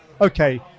okay